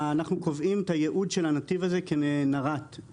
אנחנו קובעים את הייעוד של הנתיב הזה כנר"ת (נתיבים לרכב